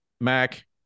Mac